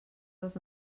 dels